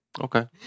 Okay